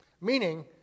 meaning